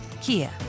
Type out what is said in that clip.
Kia